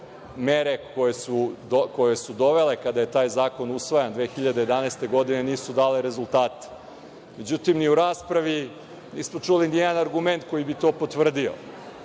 mere koje su dovele kada je taj zakon usvaja 2011. godine nisu dale rezultate.Međutim, ni u raspravi nismo čuli ni jedan argument koji bi to potvrdio,